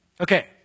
Okay